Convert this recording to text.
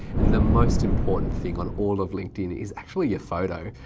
and the most important thing on all of linkedin, is actually your photo.